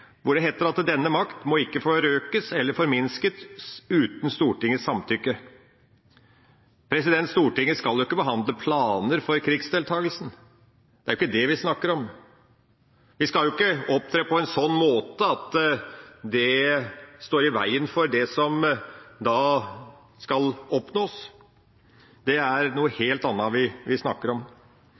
hvor det heter: «Denne makt må ikke forøkes eller forminskes uten Stortingets samtykke.» Stortinget skal jo ikke behandle planer for krigsdeltakelsen. Det er ikke det vi snakker om. Vi skal ikke opptre på en sånn måte at det står i veien for det som skal oppnås. Det er noe helt annet vi snakker om.